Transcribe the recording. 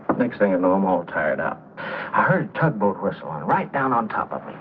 think saying and i'm all tied up tugboat rests on right down on top of